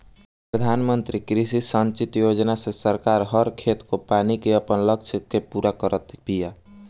प्रधानमंत्री कृषि संचित योजना से सरकार हर खेत को पानी के आपन लक्ष्य के पूरा करत बिया